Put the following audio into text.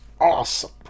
awesome